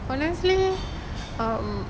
honestly um